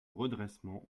redressement